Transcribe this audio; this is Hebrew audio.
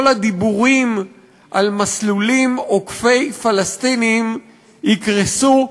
כל הדיבורים על מסלולים עוקפי-פלסטינים יקרסו,